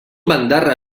bandarra